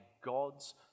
God's